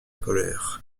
colère